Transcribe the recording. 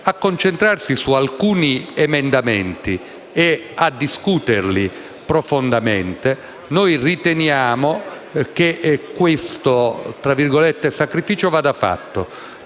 a concentrarsi su alcuni emendamenti e a discuterli profondamente, allora riteniamo che questo "sacrificio" vada fatto,